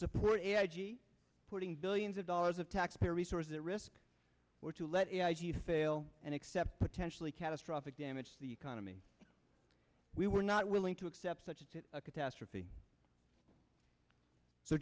support adji putting billions of dollars of taxpayer resources at risk or to let it fail and except potentially catastrophic damage the economy we were not willing to accept such to a catastrophe so